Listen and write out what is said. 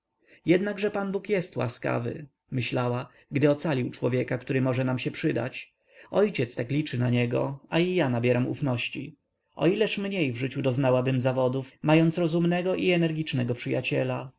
zadowolenie jednakże pan bóg jest łaskawy myślała gdy ocalił człowieka który może się nam przydać ojciec tak liczy na niego a i ja nabieram ufności o ileż mniej w życiu doznałabym zawodów mając rozumnego i energicznego przyjaciela